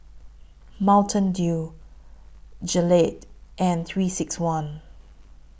Mountain Dew Gillette and three six one